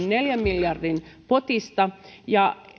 neljän miljardin potista ja